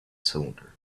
cylinder